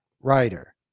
writer